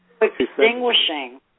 extinguishing